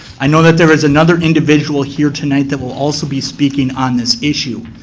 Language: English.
i know that there is another individual here tonight that will also be speaking on this issue.